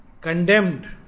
Condemned